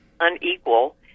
unequal